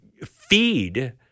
feed